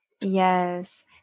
yes